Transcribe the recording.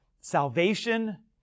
salvation